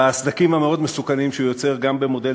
בסדקים המאוד-מסוכנים שהוא יוצר גם במודל